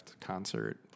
concert